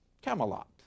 Camelot